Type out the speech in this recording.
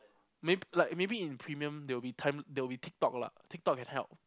mayb~ like maybe in premium there'll be time there will be tik-tok lah tik-tok can help